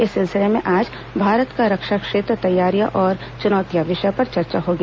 इस सिलसिले में आज भारत का रक्षा क्षेत्र तैयारी और चुनौतियां विषय पर चर्चा होगी